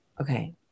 Okay